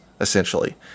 essentially